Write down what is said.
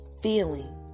Feeling